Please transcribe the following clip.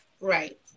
Right